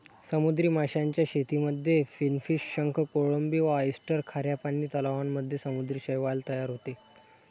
समुद्री माशांच्या शेतीमध्ये फिनफिश, शंख, कोळंबी व ऑयस्टर, खाऱ्या पानी तलावांमध्ये समुद्री शैवाल तयार होते